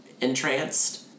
entranced